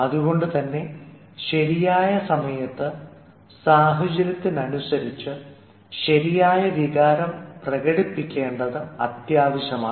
അതുകൊണ്ടുതന്നെ ശരിയായ സമയത്ത് സാഹചര്യത്തിനനുസരിച്ച് ശരിയായ വികാരം പ്രകടിപ്പിക്കേണ്ടത് അത്യാവശ്യമാണ്